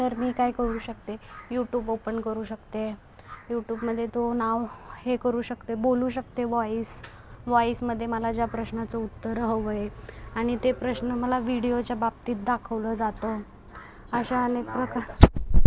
तर मी काय करू शकते यूटूब ओपन करू शकते यूट्युबमधे तो नाव हे करू शकते बोलू शकते व्हॉइस व्हॉइसमध्ये माला माझ्या प्रश्नाचं उत्तर हवं आहे आणि ते प्रश्न मला व्हिडीओच्या बाबतीत दाखवलं जातं अशा अनेक प्रका